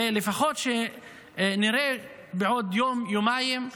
ולפחות שנראה בעוד יום-יומיים,